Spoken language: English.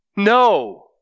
no